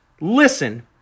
Listen